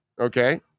Okay